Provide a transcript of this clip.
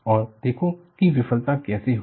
और देखो कि विफलता कैसे हुई